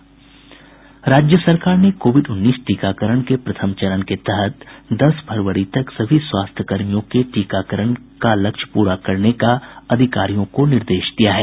राज्य सरकार ने कोविड उन्नीस टीकाकरण के प्रथम चरण के तहत दस फरवरी तक सभी स्वास्थ्यकर्मियों के टीकाकरण का लक्ष्य पूरा करने का अधिकारियों को निर्देश दिया है